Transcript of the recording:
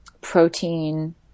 protein –